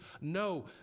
No